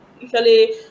Usually